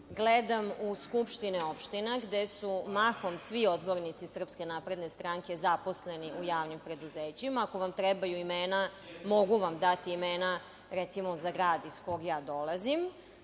gledam u skupštine opština gde su mahom svi odbornici SNS zaposleni u javnim preduzećima. Ako vam trebaju imena, mogu vam dati imena, recimo za grad iz koga dolazim,